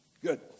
Good